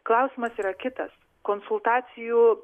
klausimas yra kitas konsultacijų